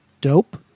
dope